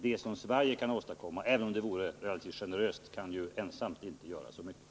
Vad Sverige ensamt kan åstadkomma är — även om det vore generöst tilltaget — inte så mycket.